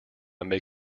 may